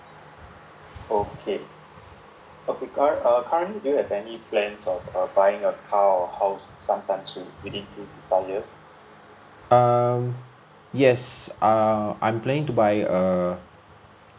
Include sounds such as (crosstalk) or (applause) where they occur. (noise) um yes err I'm planning to buy a